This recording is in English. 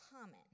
common